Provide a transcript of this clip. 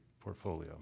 portfolio